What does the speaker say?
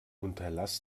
unterlass